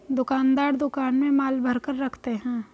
दुकानदार दुकान में माल भरकर रखते है